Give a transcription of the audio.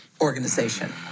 organization